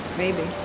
maybe